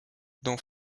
dans